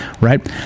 Right